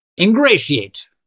ingratiate